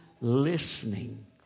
Listening